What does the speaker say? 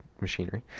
machinery